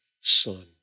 Son